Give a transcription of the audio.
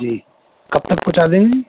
جی کب تک پہنچا دیں گے